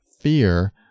fear